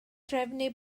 trefnu